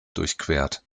durchquert